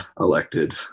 elected